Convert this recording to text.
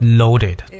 loaded